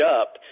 up